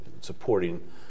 supporting